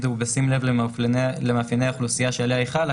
להגיד אחרי "ככל האפשר": "ובשים לב למאפייני האוכלוסייה שעליה היא חלה",